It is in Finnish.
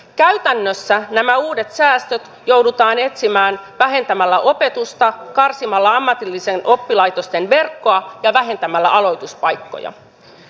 käytännössä nämä uudet säästöt joudutaan etsimään vähentämällä opetusta karsimalla ammatillisten oppilaitosten verkkoa ja vähentämällä aloituspaikkoja